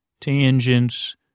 tangents